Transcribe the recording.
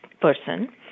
person